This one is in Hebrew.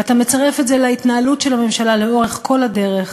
ואתה מצרף את זה להתנהלות של הממשלה לאורך כל הדרך,